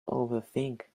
overthink